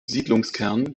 siedlungskern